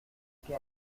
que